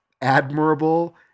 admirable